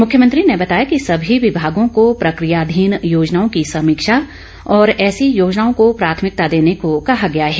मुख्यमंत्री ने बताया कि सभी विभागों को प्रक्रियाधीन योजनाओं की समीक्षा और ऐसी योजनाओं को प्राथमिकता देने को कहा गया है